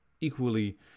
equally